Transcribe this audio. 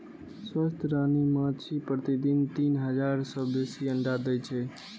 स्वस्थ रानी माछी प्रतिदिन तीन हजार सं बेसी अंडा दै छै